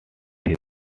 his